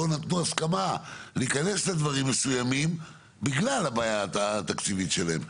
נתנו הסכמה להיכנס לדברים מסוימים בגלל הבעיה התקציבית שלהם.